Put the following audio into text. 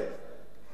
ואני אגיד לך,